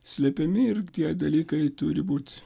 slepiami ir tie dalykai turi būti